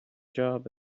job